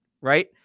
right